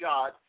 God